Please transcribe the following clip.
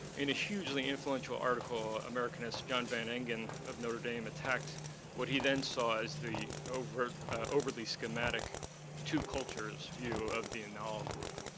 in a hugely influential article, americanist john van engen of notre dame attacked what he then saw as the overly overly schematic two cultures view of the and annales group,